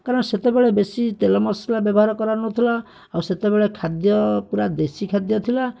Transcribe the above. କାରଣ ସେତେବେଳେ ବେଶି ତେଲ ମସଲା ବ୍ୟବହାର କରାହେଉନଥିଲା ଆଉ ସେତେବେଳେ ଖାଦ୍ୟ ପୁରା ଦେଶୀ ଖାଦ୍ୟ ଥିଲା